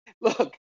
look